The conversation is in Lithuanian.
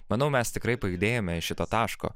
manau mes tikrai pajudėjome iš šito taško